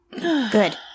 Good